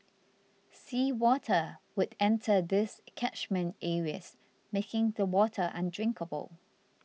sea water would enter these catchment areas making the water undrinkable